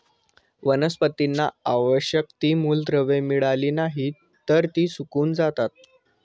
वनस्पतींना आवश्यक ती मूलद्रव्ये मिळाली नाहीत, तर ती सुकून जातात